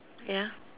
ya